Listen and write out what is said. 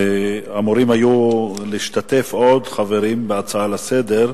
אמורים היו להשתתף עוד חברים בהצעה לסדר-היום,